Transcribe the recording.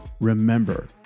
Remember